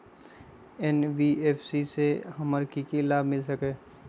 NBFC से हमार की की लाभ मिल सक?